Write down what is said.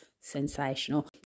sensational